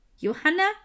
Johanna